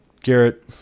Garrett